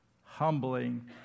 humbling